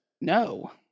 No